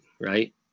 right